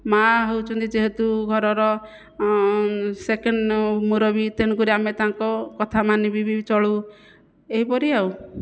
ମାଆ ହେଉଛନ୍ତି ଯେହେତୁ ଘରର ସେକେଣ୍ଡ ମୁରବି ତେଣୁକରି ଆମେ ତାଙ୍କ କଥା ମାନି ବି ଚଳୁ ଏହିପରି ଆଉ